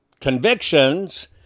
convictions